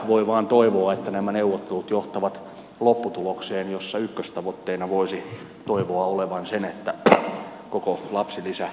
voi vain toivoa että nämä neuvottelut johtavat lopputulokseen jossa ykköstavoitteena voisi toivoa olevan se että koko lapsilisäpäätös peruttaisiin